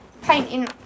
painting